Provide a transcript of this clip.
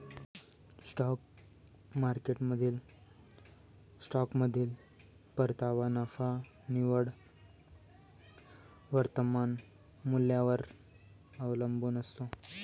stock मार्केटमधील स्टॉकमधील परतावा नफा निव्वळ वर्तमान मूल्यावर अवलंबून असतो